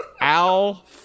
Al